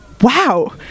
wow